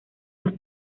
los